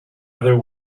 other